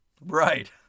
Right